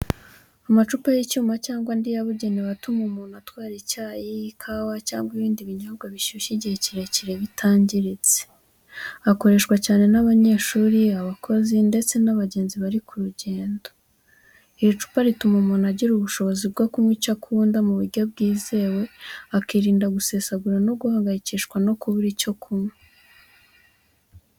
Amacupa y’icyuma cyangwa andi yabugenewe atuma umuntu atwara icyayi, ikawa cyangwa ibindi binyobwa bishyushye igihe kirekire bitangiritse. Akoreshwa cyane n’abanyeshuri, abakozi, ndetse n’abagenzi bari ku rugendo. Iri cupa rituma umuntu agira ubushobozi bwo kunywa icyo akunda mu buryo bwizewe, akirinda gusesagura no guhangayikishwa no kubura ibyo kunywa.